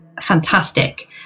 fantastic